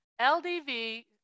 ldv